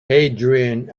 hadrian